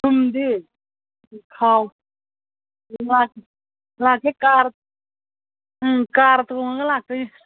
ꯊꯨꯝꯗꯤ ꯈꯥꯎ ꯀꯥꯔ ꯎꯝ ꯀꯥꯔ ꯇꯣꯡꯉꯒ ꯂꯥꯛꯇꯣꯏꯅꯤ